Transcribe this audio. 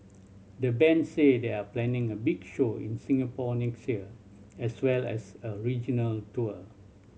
the band say they are planning a big show in Singapore next year as well as a regional tour